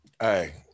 Hey